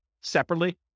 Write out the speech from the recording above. separately